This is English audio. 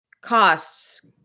costs